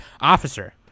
officer